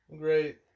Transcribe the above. Great